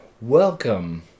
Welcome